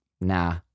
Nah